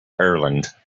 ireland